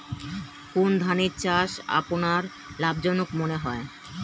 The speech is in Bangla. কোন ধানের চাষ আপনার লাভজনক মনে হয়?